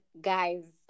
guys